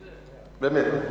באמת.